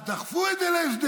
אז דחפו את זה להסדרים,